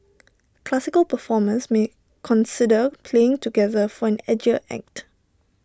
classical performers may consider playing together for an edgier act